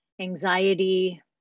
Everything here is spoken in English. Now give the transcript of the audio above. anxiety